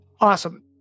Awesome